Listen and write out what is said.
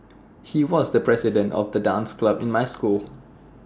he was the president of the dance club in my school